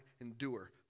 endure